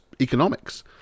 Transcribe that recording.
economics